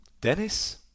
Dennis